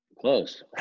Close